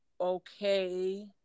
okay